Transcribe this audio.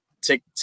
take